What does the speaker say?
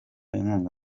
inkunga